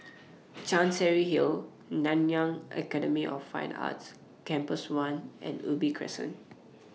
Chancery Hill Road Nanyang Academy of Fine Arts Campus one and Ubi Crescent